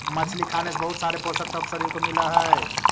मछली खाने से बहुत सारे पोषक तत्व शरीर को मिलअ हई